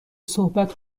صحبت